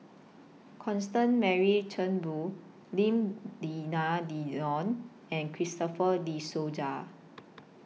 Constance Mary Turnbull Lim Denan Denon and Christopher De Souza